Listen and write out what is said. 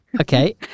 Okay